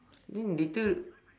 then later